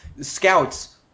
scouts